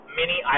mini